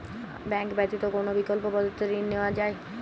Bank ব্যতিত কোন বিকল্প পদ্ধতিতে ঋণ নেওয়া যায়?